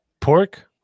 Pork